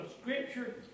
Scripture